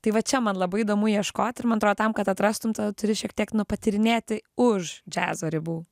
tai va čia man labai įdomu ieškot ir man atro tam kad atrastum tą turi šiek tiek nu patyrinėti už džiazo ribų